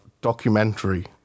documentary